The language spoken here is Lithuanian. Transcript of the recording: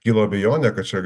kilo abejonė kad čia